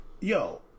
yo